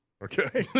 Okay